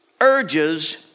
urges